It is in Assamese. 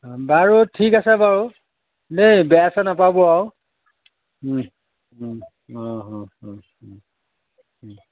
বাৰু ঠিক আছে বাৰু দেই বেয়া চেয়া নাপাব আৰু অঁ অঁ